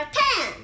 ten